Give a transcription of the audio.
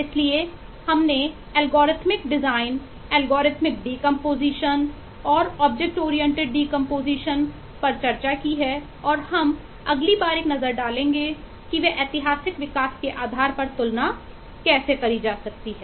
इसलिए हमने algorithmic design पर चर्चा की है और हम अगली बार एक नज़र डालेंगे कि वे ऐतिहासिक विकास के आधार पर तुलना कैसे करते हैं